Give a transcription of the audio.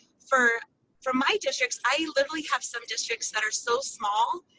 for from my districts, i literally have some districts that are so small,